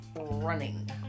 running